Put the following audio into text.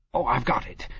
i've got it!